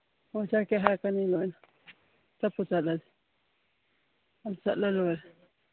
ꯑꯣ ꯆꯠꯀꯦ ꯍꯥꯏꯔꯛꯀꯅꯤ ꯂꯣꯏꯅ ꯆꯠꯄꯨ ꯆꯠꯂꯗꯤ ꯆꯠꯂ ꯂꯣꯏꯔꯦ